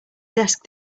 desk